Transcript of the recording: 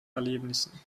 erlebnissen